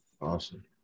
Awesome